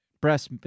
breast